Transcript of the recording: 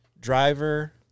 Driver